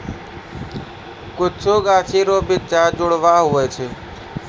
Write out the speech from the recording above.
कुछु गाछी रो बिच्चा दुजुड़वा हुवै छै